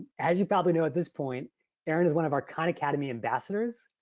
as you probably know at this point erin is one of our khan academy ambassadors,